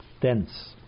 dense